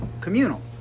communal